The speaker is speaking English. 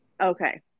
Okay